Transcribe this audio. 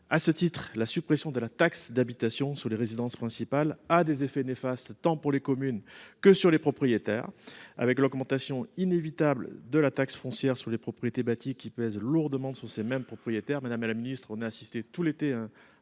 À ce titre, la suppression de la taxe d’habitation sur les résidences principales a des effets néfastes tant sur les communes que sur les propriétaires. L’augmentation de la taxe foncière sur les propriétés bâties (TFPB), qui pèse sur ces mêmes propriétaires,